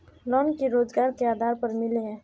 Loan की रोजगार के आधार पर मिले है?